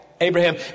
Abraham